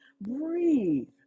Breathe